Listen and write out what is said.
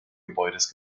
gebäudes